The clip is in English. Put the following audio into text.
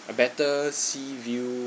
a better sea view